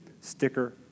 sticker